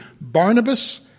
Barnabas